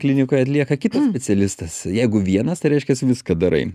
klinikoj atlieka kitas specialistas jeigu vienas tai reiškias viską darai